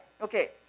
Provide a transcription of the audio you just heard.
Okay